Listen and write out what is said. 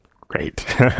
great